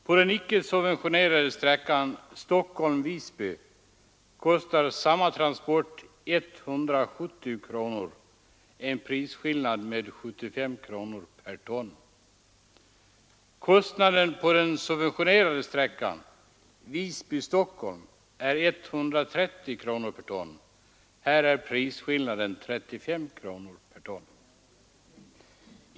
På den ickesubventionerade sträckan Stockholm-Visby kostar samma transport 170 kronor per ton — en prisskillnad på 75 kronor per ton. Kostnaden på den subventionerade sträckan Visby—Stockholm är 130 kronor per ton. Här är prisskillnaden 35 kronor per ton.